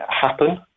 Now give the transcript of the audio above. happen